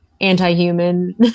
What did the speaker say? anti-human